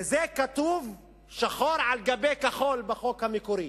וזה כתוב שחור על גבי כחול בחוק המקורי.